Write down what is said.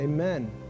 Amen